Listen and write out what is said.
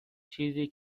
چیزی